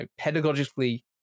pedagogically